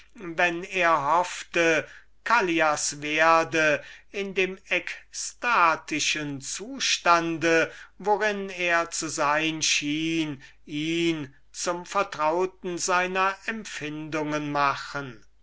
wenn er hoffte callias werde in dem ekstatischen zustande worin er zu sein schien ihn zum vertrauten seiner empfindungen machen